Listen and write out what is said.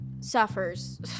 suffers